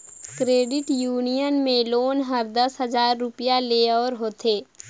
credit union में loan हर दस हजार रूपिया ले ओर होथे